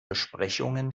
besprechungen